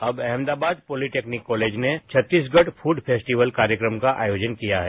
अब Ahmedabad polytechnic college ने Chhattisgarh food festival कार्यक्रम का आयोजन किया है